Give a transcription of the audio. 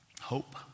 hope